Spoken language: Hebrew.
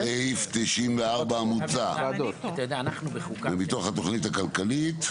66 בתוך סעיף 94 המוצע (מ/1612) ומתוך התוכנית הכלכלית.